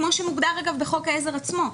שמוגדר גם בחוק העזר עצמו.